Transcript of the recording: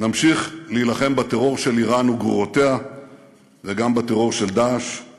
נמשיך להילחם בטרור של איראן וגרורותיה וגם בטרור של "דאעש";